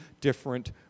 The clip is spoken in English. different